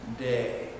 day